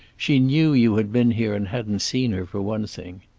she knew you had been here and hadn't seen her, for one thing.